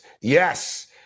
Yes